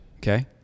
Okay